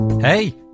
Hey